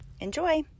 Enjoy